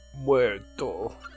Muerto